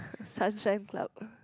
sunshine club